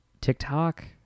TikTok